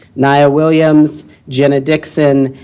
nia williams, jenna dixon,